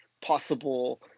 possible